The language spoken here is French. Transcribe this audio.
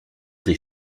des